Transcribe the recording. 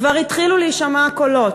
כבר התחילו להישמע קולות,